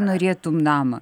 norėtum namą